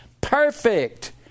perfect